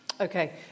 Okay